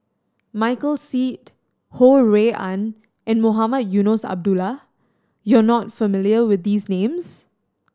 Michael Seet Ho Rui An and Mohamed Eunos Abdullah you are not familiar with these names